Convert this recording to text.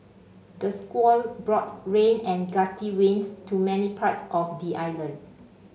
the squall brought rain and gusty winds to many parts of the island